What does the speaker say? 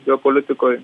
jo politikoje